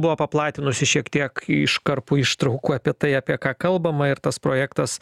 buvo paplatinusi šiek tiek iškarpų ištraukų apie tai apie ką kalbama ir tas projektas